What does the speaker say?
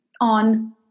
on